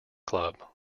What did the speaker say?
club